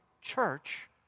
church